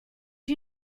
you